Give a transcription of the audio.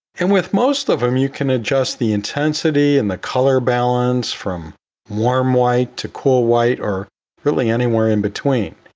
and with most of them, you can adjust the intensity and the color balance from warm white to cool white or really anywhere in between.